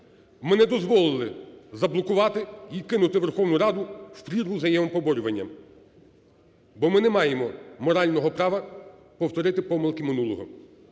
ми не дозволили заблокувати і кинути Верховну Раду в прірву взаємопоборювання, бо ми не маємо морального права повторити помилки минулого.